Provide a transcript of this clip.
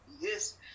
Yes